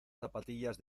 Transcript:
zapatillas